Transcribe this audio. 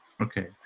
Okay